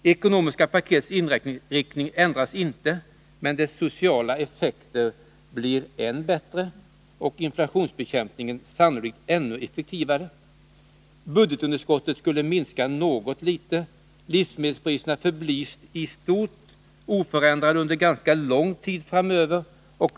Det ekonomiska paketets inriktning ändras inte, men dess sociala effekter blir än bättre och inflationsbekämpningen sannolikt ännu effektivare. Budgetunderskottet skulle minska något litet och livsmedelspriserna förbli istort sett oförändrade under ganska lång tid framöver.